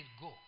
go